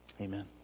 amen